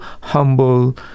humble